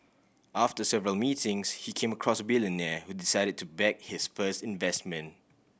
after several meetings he came across a billionaire who decided to back his first investment